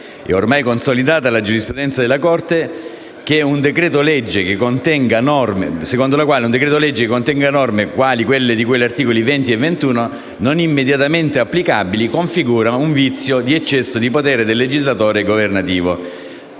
È ormai consolidata la giurisprudenza della Corte, secondo la quale un decreto-legge che contenga norme, quali quelle di cui agli articoli 20 e 21, non immediatamente applicabili, configura un vizio di eccesso di potere del legislatore governativo;